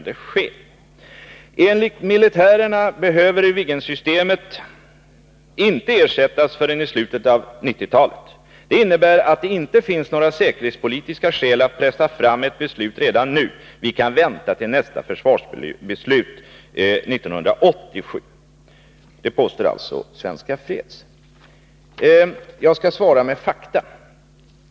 Det första skälet är att ”enligt militärerna Viggensystemet inte behöver ersättas förrän i slutet av 1990-talet. Det innebär att det inte finns några säkerhetspolitiska skäl för att pressa fram ett beslut redan nu. Vi kan vänta till nästa försvarsbeslut 1987.” Det påstår alltså Svenska fredsoch skiljedomsföreningen. Jag skall svara med fakta.